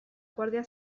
guardia